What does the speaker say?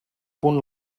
punt